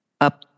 Up